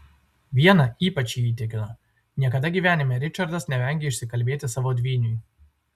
viena ypač jį įtikino niekada gyvenime ričardas nevengė išsikalbėti savo dvyniui